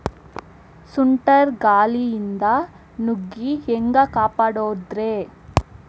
ಸುಂಟರ್ ಗಾಳಿಯಿಂದ ನುಗ್ಗಿ ಹ್ಯಾಂಗ ಕಾಪಡೊದ್ರೇ?